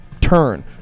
turn